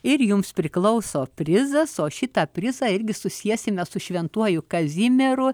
ir jums priklauso prizas o šitą prizą irgi susiesime su šventuoju kazimieru